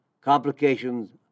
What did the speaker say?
complications